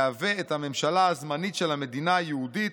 יהווה את הממשלה הזמנית של המדינה היהודית,